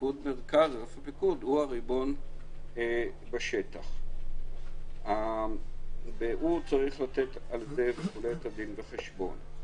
אלוף הפיקוד הוא הריבון בשטח והוא צריך לתת על כך את הדין וחשבון.